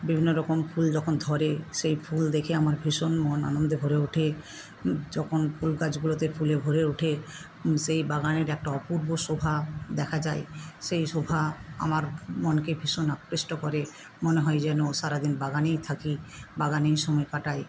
বিভিন্ন রকম ফুল যখন ধরে সেই ফুল দেখে আমার ভীষণ মন আনন্দে ভরে ওঠে যখন ফুল গাছগুলোতে ফুলে ভরে ওঠে সেই বাগানের একটা অপূর্ব শোভা দেখা যায় সেই শোভা আমার মনকে ভীষণ আকৃষ্ট করে মনে হয় যেন সারা দিন বাগানেই থাকি বাগানেই সময় কাটাই